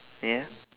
ya